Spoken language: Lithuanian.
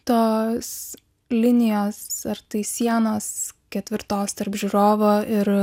tos linijos ar tai sienos ketvirtos tarp žiūrovo ir